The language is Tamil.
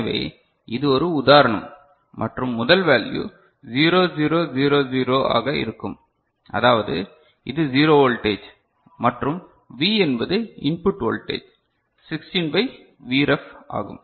எனவே இது ஒரு உதாரணம் மற்றும் முதல் வேல்யு 0 0 0 0 ஆக இருக்கும் அதாவது இது 0 வோல்டேஜ் மற்றும் V என்பது இன்புட் வோல்டேஜ் 16 பை Vref ஆகும்